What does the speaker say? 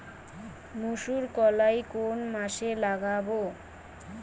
মুসুর কলাই কোন মাসে লাগাব?